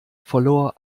verlor